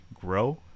grow